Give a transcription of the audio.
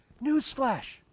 Newsflash